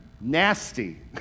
nasty